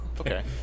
Okay